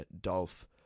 Dolph